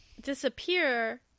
disappear